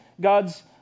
God's